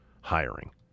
hiring